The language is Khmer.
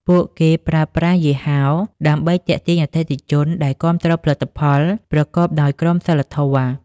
ពួកគេប្រើប្រាស់យីហោ ដើម្បីទាក់ទាញអតិថិជនដែលគាំទ្រផលិតផលប្រកបដោយក្រមសីលធម៌ ។